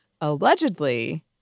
Allegedly